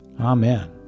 Amen